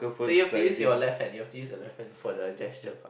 so you have to use your left hand you have to use your left hand for the gesture part